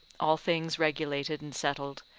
all things regulated and settled,